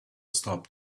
stop